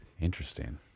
Interesting